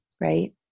right